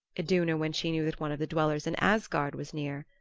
iduna, when she knew that one of the dwellers in asgard was near,